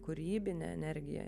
kūrybine energija